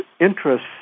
interests